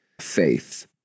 faith